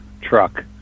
truck